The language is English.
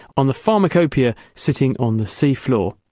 on the pharmacopeia sitting on the sea floor.